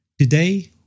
Today